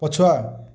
ପଛୁଆ